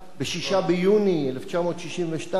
ב-6 ביוני 1962,